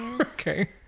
okay